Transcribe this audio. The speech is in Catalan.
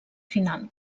final